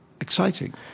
exciting